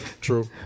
True